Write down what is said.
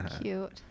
Cute